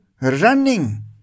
running